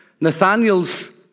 Nathaniel's